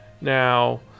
Now